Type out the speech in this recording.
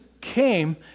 came